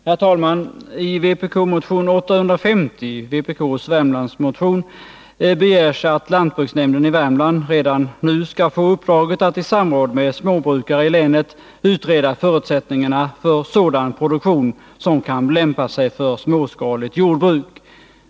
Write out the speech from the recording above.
Herr talman! I vpk:s Värmlandsmotion 850 begär vi att lantbruksnämnden = nalisering i Värmland redan nu skall få uppdraget att i samråd med småbrukare i länet utreda förutsättningarna för sådan produktion som kan lämpa sig för småskaligt jordbruk.